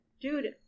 Dude